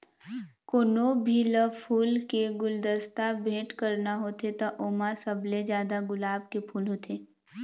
कोनो भी ल फूल के गुलदस्ता भेट करना होथे त ओमा सबले जादा गुलाब के फूल होथे